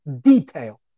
detail